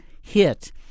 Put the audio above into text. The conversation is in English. hit